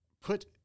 put